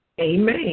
Amen